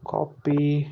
Copy